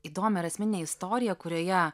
įdomią ir asmeninę istoriją kurioje